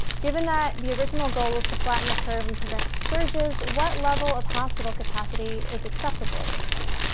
given that the original goal was to flatten the curve and prevent surges, what level of hospital capacity is acceptable at this point?